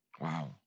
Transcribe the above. Wow